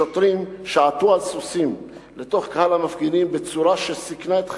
שוטרים שעטו על סוסים לתוך קהל המפגינים בצורה שסיכנה את חייהם,